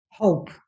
Hope